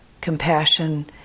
compassion